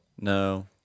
No